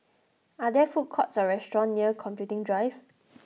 are there food courts or restaurant near Computing Drive